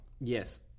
Yes